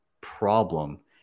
problem